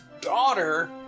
daughter